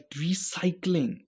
recycling